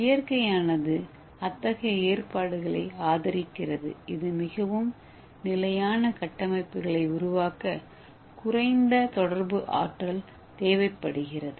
இயற்கையானது அத்தகைய ஏற்பாடுகளை ஆதரிக்கிறது இது மிகவும் நிலையான கட்டமைப்புகளை உருவாக்க குறைந்த தொடர்பு ஆற்றல் தேவைப்படுகிறது